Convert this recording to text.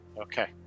Okay